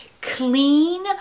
clean